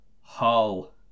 Hull